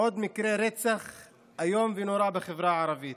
עוד מקרה רצח איום ונורא בחברה הערבית.